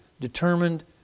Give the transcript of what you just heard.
determined